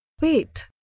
Wait